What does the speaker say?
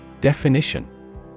Definition